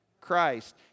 Christ